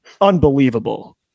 unbelievable